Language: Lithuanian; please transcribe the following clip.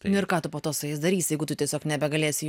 nu ir ką tu po to su jais darysi jeigu tu tiesiog nebegalėsi